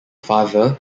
father